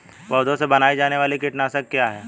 पौधों से बनाई जाने वाली कीटनाशक क्या है?